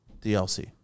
DLC